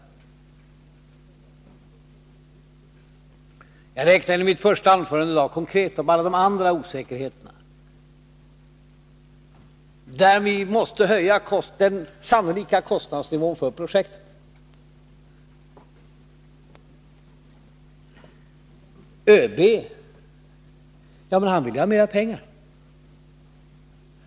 I mitt första anförande i dag redovisade jag konkret för alla de andra osäkerheterna, som innebär att vi måste höja den sannolika kostnadsnivån för projektet. ÖB vill ju ha mer pengar.